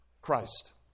christ